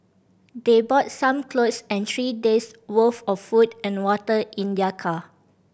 they brought some clothes and three days' worth of food and water in their car